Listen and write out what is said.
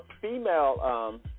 female